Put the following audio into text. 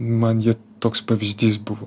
man jie toks pavyzdys buvo